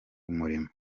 umurimo